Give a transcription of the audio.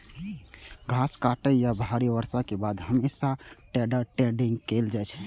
घास काटै या भारी बर्षा के बाद हमेशा हे टेडर टेडिंग कैल जाइ छै